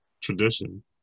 tradition